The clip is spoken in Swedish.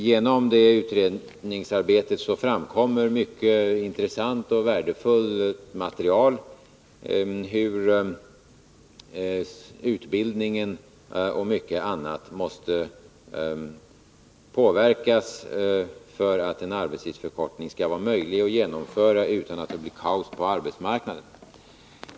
Genom det utredningsarbetet framkommer mycket intressant och värdefullt material om hur utbildningen och mycket annat måste påverkas för att en arbetstidsförkortning skall vara möjlig att genomföra utan att det blir kaos på arbetsmarknaden.